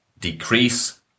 decrease